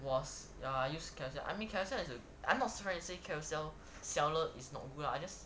was ya I used carousell I mean carousell is a I not trying to say carousell seller is not good lah